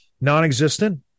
non-existent